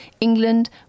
England